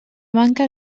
manca